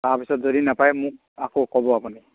তাৰপিছত যদি নাপায় মোক আকৌ ক'ব আপুনি